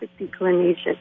declination